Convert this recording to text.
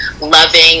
loving